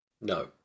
No